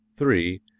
three.